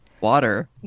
Water